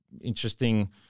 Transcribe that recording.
interesting